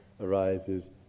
arises